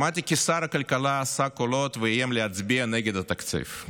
שמעתי כי שר הכלכלה עשה קולות ואיים להצביע נגד התקציב.